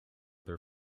their